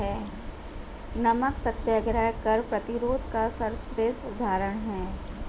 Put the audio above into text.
नमक सत्याग्रह कर प्रतिरोध का सर्वश्रेष्ठ उदाहरण है